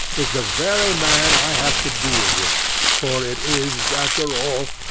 is the very man i have to deal with for it is, after all,